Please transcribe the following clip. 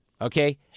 okay